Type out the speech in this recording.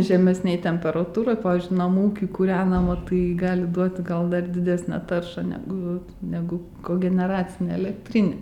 žemesnėj temperatūroj pavyzdžiui namų ūky kūrenama tai gali duoti gal dar didesnę taršą negu negu kogeneracinė elektrinė